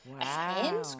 Wow